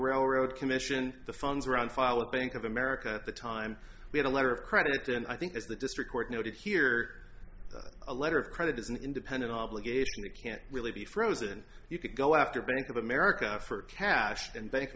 railroad commission the funds were on file at bank of america at the time we had a letter of credit and i think that's the district court noted here a letter of credit is an independent obligation that can't really be frozen you could go after bank of america for cash and bank of